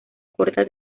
corta